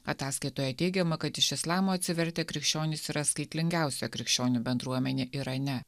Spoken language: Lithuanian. ataskaitoje teigiama kad iš islamo atsivertę krikščionys yra skaitlingiausia krikščionių bendruomenė irane